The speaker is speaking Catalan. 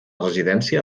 residència